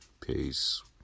Peace